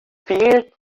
fehlt